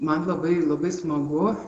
man labai labai smagu